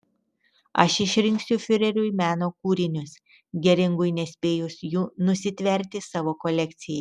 aš išrinksiu fiureriui meno kūrinius geringui nespėjus jų nusitverti savo kolekcijai